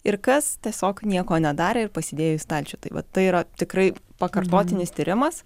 ir kas tiesiog nieko nedarė ir pasidėjo į stalčių tai va tai yra tikrai pakartotinis tyrimas